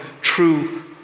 true